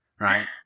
right